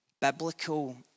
biblical